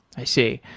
i see.